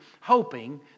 hoping